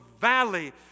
valley